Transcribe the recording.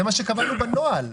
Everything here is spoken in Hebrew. זה מה שקבענו בנוהל.